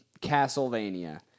castlevania